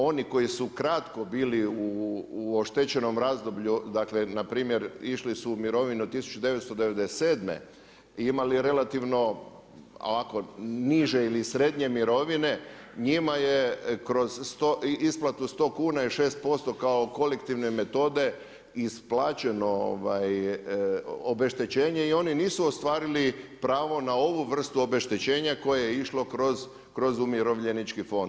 Oni koji su kratko bili u oštećenom razdoblju, dakle na primjer išli su u mirovinu 1997. i imali relativno ovako niže ili srednje mirovine njima je kroz isplatu sto kuna i 6% kao kolektivne metode isplaćeno obeštećenje i oni nisu ostvarili pravo na ovu vrstu obeštećenja koje je išlo kroz Umirovljenički fond.